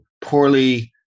poorly